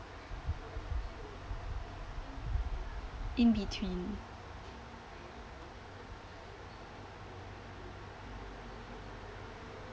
in between